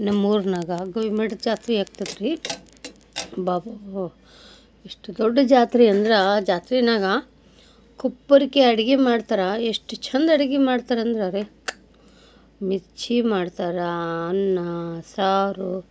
ನಮ್ಮೂರ್ನಾಗ ಗುಲ್ಮಟ್ ಜಾತ್ರೆ ಆಗ್ತೈತ್ರಿ ಅಬ್ಬಬ್ಬಬ್ಬ ಎಷ್ಟು ದೊಡ್ಡ ಜಾತ್ರೆ ಅಂದ್ರೆ ಆ ಜಾತ್ರಿನಾಗ ಕುಪ್ಪರ್ಕಿ ಅಡ್ಗೆ ಮಾಡ್ತಾರೆ ಎಷ್ಟು ಚೆಂದ ಅಡ್ಗೆ ಮಾಡ್ತಾರೆಂದ್ರೆ ಅರೆ ಮಿರ್ಚಿ ಮಾಡ್ತಾರೆ ಅನ್ನ ಸಾರು